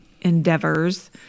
endeavors